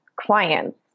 clients